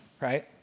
right